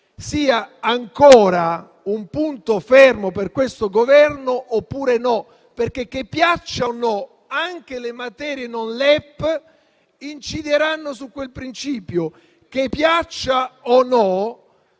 sia ancora un punto fermo per questo Governo oppure no. Piaccia o meno, anche le materie non LEP incideranno su quel principio; piaccia o